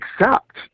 accept